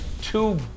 two